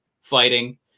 fighting